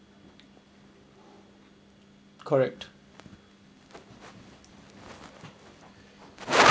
correct